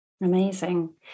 Amazing